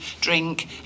drink